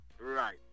right